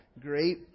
great